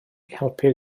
helpu